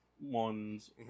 ones